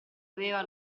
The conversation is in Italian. aveva